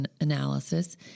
Analysis